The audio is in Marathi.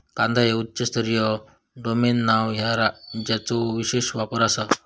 कांदा हे उच्च स्तरीय डोमेन नाव हा ज्याचो विशेष वापर आसा